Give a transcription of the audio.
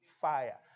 fire